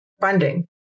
funding